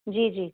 जी जी